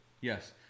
Yes